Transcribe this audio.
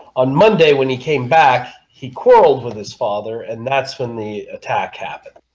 on monday when he came back he quarreled with his father, and that's when the attack happened